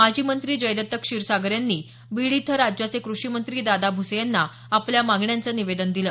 माजी मंत्री जयदत्त क्षीरसागर यांनी बीड इथं राज्याचे क्रषीमंत्री दादा भुसे यांना आपल्या मागण्यांच निवेदन दिलं